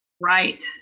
Right